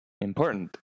important